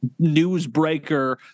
newsbreaker